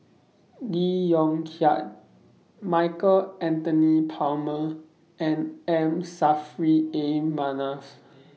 Lee Yong Kiat Michael Anthony Palmer and M Saffri A Manaf